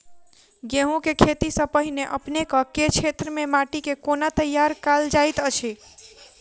गेंहूँ केँ खेती सँ पहिने अपनेक केँ क्षेत्र मे माटि केँ कोना तैयार काल जाइत अछि?